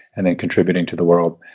and then contributing to the world.